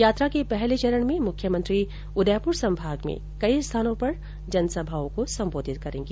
यात्रा के पहले चरण में मुख्यमंत्री उदयपुर संभाग में कई स्थानों पर जनसभाओं को संबोधित करेंगी